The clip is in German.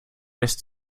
lässt